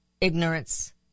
ignorance